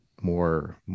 more